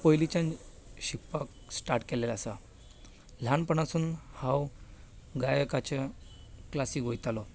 पयलींच्यान शिकपाक स्टार्ट केल्लें आसा ल्हानपणा पासून हांव गायकाच्या क्लासीक वतालों